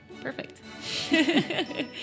Perfect